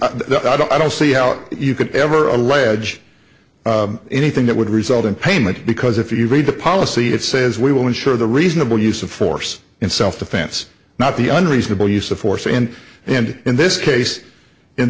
s i don't i don't see how you could ever allege anything that would result in payment because if you read the policy it says we will ensure the reasonable use of force in self defense not the un reasonable use of force and and in this case in